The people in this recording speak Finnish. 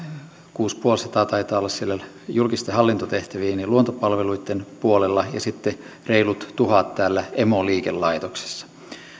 on kuusisataaviisikymmentä taitaa olla siellä julkisten hallintotehtävien ja luontopalveluitten puolella ja sitten reilu tuhat täällä emoliikelaitoksessa